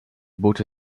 boote